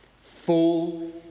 full